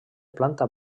planta